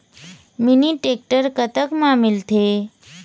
Mini tractor कतक म मिलथे?